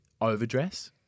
overdress